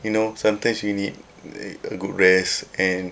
you know sometimes you need a good rest and